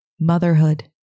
motherhood